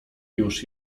już